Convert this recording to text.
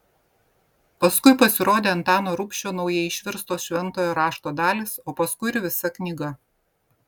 paskui pasirodė antano rubšio naujai išverstos šventojo rašto dalys o paskui ir visa knyga